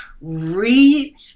Read